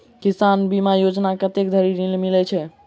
किसान बीमा योजना मे कत्ते धरि ऋण मिलय छै?